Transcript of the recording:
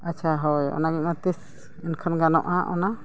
ᱟᱪᱪᱷᱟ ᱦᱳᱭ ᱚᱱᱟᱜᱮ ᱦᱟᱸᱜ ᱛᱤᱸᱥ ᱮᱱᱠᱷᱟᱱ ᱜᱟᱱᱚᱜᱼᱟ ᱚᱱᱟ